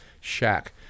shack